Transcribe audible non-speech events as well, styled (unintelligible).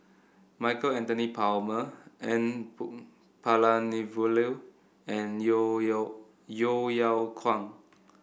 Michael Anthony Palmer N (unintelligible) Palanivelu and Yeo Yeow Yeo Yeow Kwang